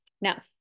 Now